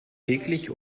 täglich